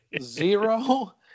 Zero